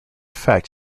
fact